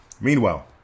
Meanwhile